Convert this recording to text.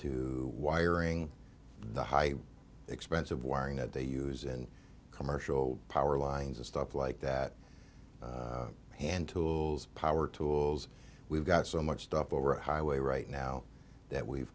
to wiring the high expense of wiring that they use in commercial power lines and stuff like that hand tools power tools we've got so much stuff over a highway right now that we've